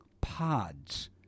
pods